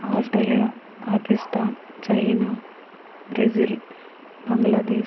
Australia Pakistan China Brazil Bangladesh